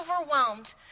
overwhelmed